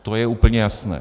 To je úplně jasné.